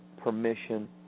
permission